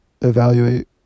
evaluate